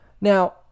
Now